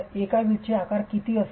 एका वीटचे आकार किती असेल